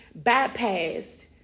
bypassed